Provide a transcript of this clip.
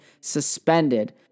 suspended